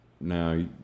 Now